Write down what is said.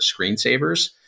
screensavers